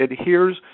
adheres